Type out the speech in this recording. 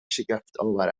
شگفتآور